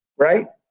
right?